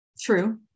true